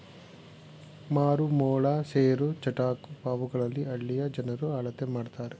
ಮಾರು, ಮೊಳ, ಸೇರು, ಚಟಾಕು ಪಾವುಗಳಲ್ಲಿ ಹಳ್ಳಿಯ ಜನರು ಅಳತೆ ಮಾಡ್ತರೆ